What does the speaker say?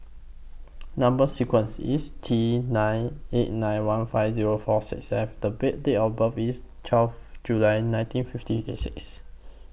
Number sequence IS T nine eight nine one five Zero four six F The Bay Date of birth IS twelve July nineteen fifty A six